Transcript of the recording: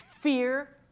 fear